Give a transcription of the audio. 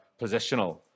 positional